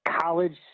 college